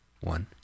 one